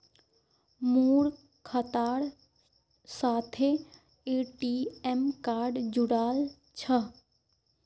मोर खातार साथे ए.टी.एम कार्ड जुड़ाल छह